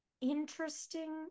interesting